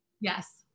yes